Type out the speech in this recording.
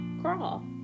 Crawl